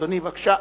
אדוני, בבקשה.